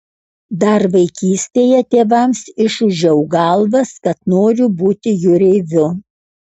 dar vaikystėje tėvams išūžiau galvas kad noriu būti jūreiviu